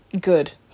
good